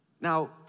Now